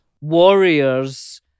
warriors